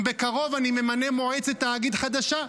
אם בקרוב אני ממנה מועצת תאגיד חדשה,